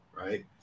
right